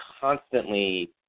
constantly